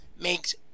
makes